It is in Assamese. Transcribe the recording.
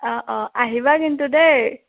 অঁ অঁ আহিবা কিন্তু দেই